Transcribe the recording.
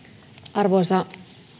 arvoisa